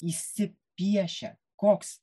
įsi piešia koks